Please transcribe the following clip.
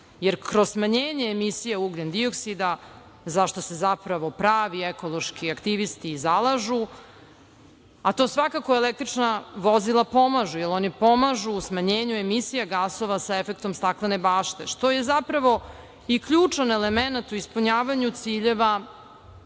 jer kroz smanjenje emisije ugljendioksida, za šta se pravi ekološki aktivisti i zalažu, a to svakako električna vozila pomažu, jer ona pomažu u smanjenju emisija gasova sa efektom staklene bašte, što je i ključan elemenat u ispunjavanju ciljeva